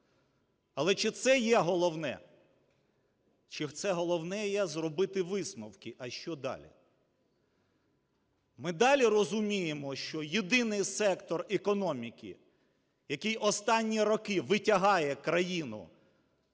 Але чи це є головне? Чи головне є зробити висновки, а що далі? Ми далі розуміємо, що єдиний сектор економіки, який останні роки витягає країну